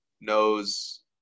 knows